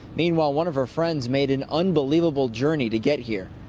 meanwhile, one of her friends made an unbelievable journey to get here.